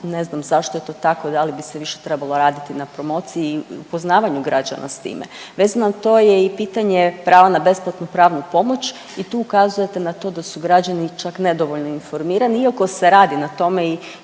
Ne znam zašto je to tako, da li bi se više trebalo raditi na promociji i u poznavanju građana s time? Vezano na to je i pitanje prava na besplatnu pravnu pomoć i tu ukazujete na to da su građani čak nedovoljno informirani, iako se radi na tome i